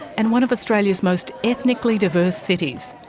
and one of australia's most ethnically diverse cities.